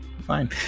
Fine